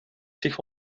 zich